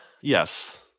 Yes